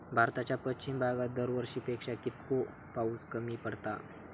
भारताच्या पश्चिम भागात दरवर्षी पेक्षा कीतको पाऊस कमी पडता?